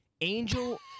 Angel